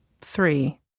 Three